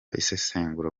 isesengura